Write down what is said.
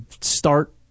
start